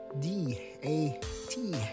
D-A-T